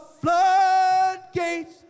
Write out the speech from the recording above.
floodgates